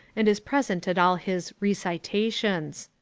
and is present at all his recitations.